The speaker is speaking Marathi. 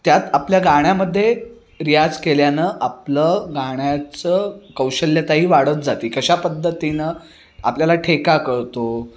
त्यात आपल्या गाण्यामध्ये रियाज केल्यानं आपलं गाण्याचं कौशल्यताही वाढत जाते कशा पद्धतीनं आपल्याला ठेका कळतो